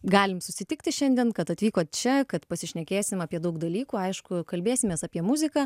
galim susitikti šiandien kad atvykot čia kad pasišnekėsim apie daug dalykų aišku kalbėsimės apie muziką